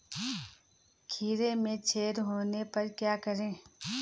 खीरे में छेद होने पर क्या करें?